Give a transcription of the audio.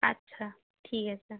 আচ্ছা ঠিক আছে